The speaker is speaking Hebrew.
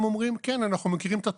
הם אומרים: כן, אנחנו מכירים את התופעה.